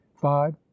five